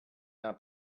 not